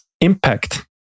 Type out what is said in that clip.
impact